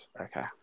Okay